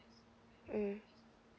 mm